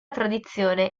tradizione